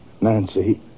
Nancy